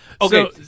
Okay